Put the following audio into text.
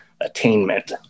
attainment